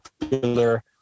popular